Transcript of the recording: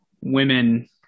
women